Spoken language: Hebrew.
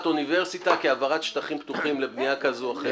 אוניברסיטה כהעברת שטחים פתוחים לבנייה כזו או אחרת.